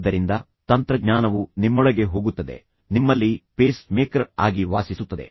ಆದ್ದರಿಂದ ತಂತ್ರಜ್ಞಾನವು ನಿಮ್ಮೊಳಗೆ ಹೋಗುತ್ತದೆ ನಿಮ್ಮಲ್ಲಿ ಪೇಸ್ ಮೇಕರ್ ಆಗಿ ವಾಸಿಸುತ್ತದೆ